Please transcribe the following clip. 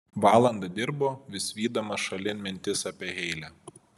valandą dirbo vis vydamas šalin mintis apie heile